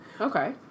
Okay